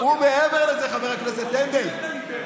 חבר הכנסת הנדל,